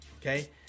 Okay